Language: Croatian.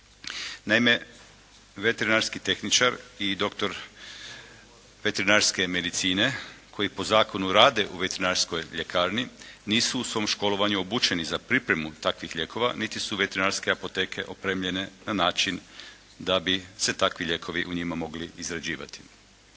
Naime veterinarski tehničar i doktor veterinarske medicine koji po zakonu rade u veterinarskoj ljekarni nisu u svom školovanju obučeni za pripremu takvih lijekova niti su veterinarske apoteke opremljene na način da bi se takvi lijekovi mogli u njima izrađivati.